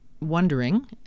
wondering